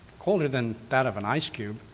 colder than that of an ice cube,